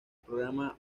programa